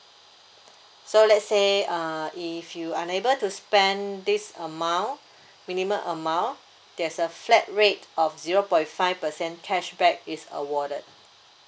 so let's say uh if you unable to spend this amount minimum amount there's a flat rate of zero point five percent cashback is awarded